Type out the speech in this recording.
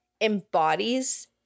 embodies